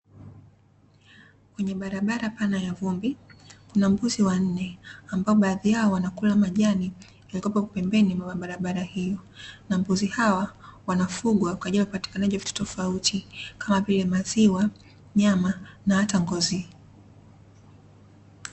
Kwenye barabara pana ya vumbi, kuna mbuzi wanne ambao baadhi yao wanakula majani yaliyokuwepo pembeni mwa barabara hiyo. Na mbuzi hawa wanafugwa kwa ajili ya upatikanaji wa vitu tofauti, kama vile; maziwa, nyama na hata ngozi.